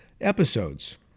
episodes